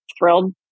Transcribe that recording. thrilled